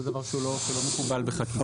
זה דבר שהוא לא מקובל בחקיקה.